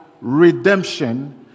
redemption